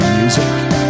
music